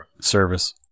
service